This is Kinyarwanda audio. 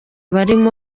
abari